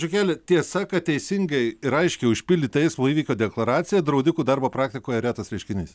žiukeli tiesa kad teisingai ir aiškiai užpildyta eismo įvykio deklaracija draudikų darbo praktikoje retas reiškinys